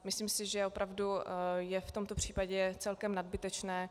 Myslím si, že opravdu je v tomto případě celkem nadbytečná.